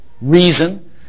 reason